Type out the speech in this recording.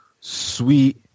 Sweet